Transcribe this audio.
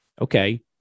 okay